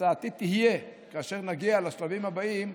הצעתי תהיה, כאשר נגיע לשלבים הבאים,